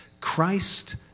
Christ